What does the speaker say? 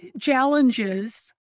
challenges